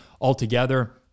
Altogether